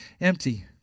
empty